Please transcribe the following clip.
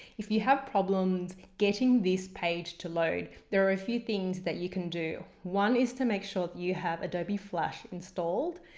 if you have problems getting this page to load there are a few things that you can do. one is to make sure you have adobe flash installed.